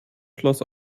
schloss